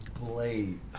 Blade